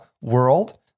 world